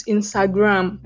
Instagram